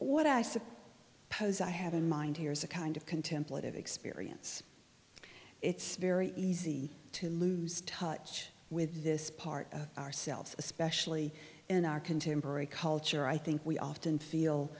what i said i have in mind here is a kind of contemplative experience it's very easy to lose touch with this part of ourselves especially in our contemporary culture i think we often feel